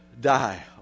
die